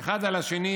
אחד על השני,